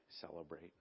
celebrate